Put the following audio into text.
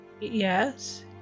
Yes